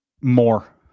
More